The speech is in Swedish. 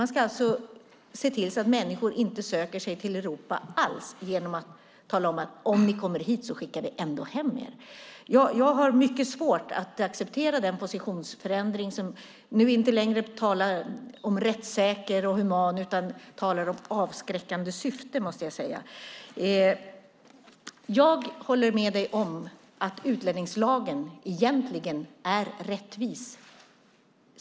Man ska alltså se till att människor inte söker sig till Europa alls genom att säga: Om ni kommer hit så skickar vi ändå hem er. Jag har mycket svårt att acceptera den positionsförändringen. Nu talar man inte längre om att det ska vara rättssäkert och humant, utan man talar om avskräckande syfte. Jag håller med dig om att utlänningslagen egentligen är rättvis.